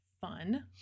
Fun